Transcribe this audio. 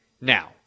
Now